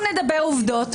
בואו נדבר עובדות,